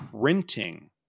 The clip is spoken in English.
printing